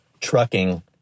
Trucking